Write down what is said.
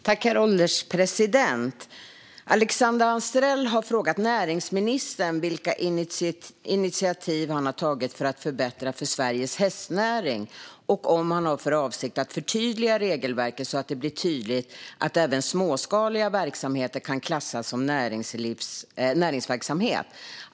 Herr ålderspresident! Alexandra Anstrell har frågat näringsministern vilka initiativ han har tagit för att förbättra för Sveriges hästnäring och om han har för avsikt att förtydliga regelverket så att det blir tydligt att även småskaliga verksamheter kan klassas som näringsverksamhet.